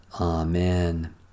amen